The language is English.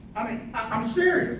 i mean, i'm serious.